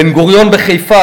"בן-גוריון" בחיפה,